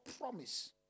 promise